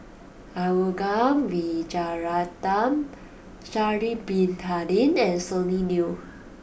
Arumugam Vijiaratnam Sha'ari Bin Tadin and Sonny Liew